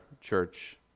church